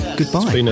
goodbye